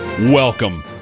Welcome